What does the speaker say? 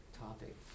topic